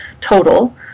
total